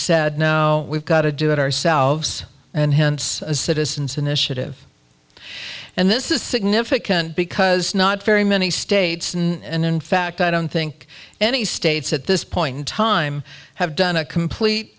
said no we've got to do it ourselves and hence citizens initiative and this is significant because not very many states and in fact i don't think any states at this point in time have done a complete